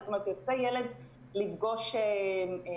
זאת אומרת יוצא ילד לפגוש אבא,